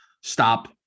stop